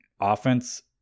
offense